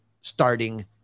starting